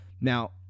Now